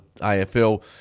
afl